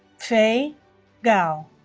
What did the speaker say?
fei gao